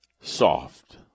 Soft